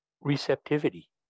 receptivity